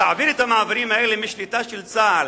להעביר את המעברים האלה משליטה של צה"ל,